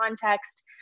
context